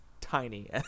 tiny